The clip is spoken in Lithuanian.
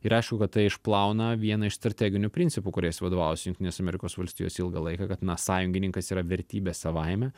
ir aišku kad tai išplauna vieną iš strateginių principų kuriais vadovavosi jungtinės amerikos valstijos ilgą laiką kad na sąjungininkas yra vertybė savaime